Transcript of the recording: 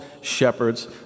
shepherds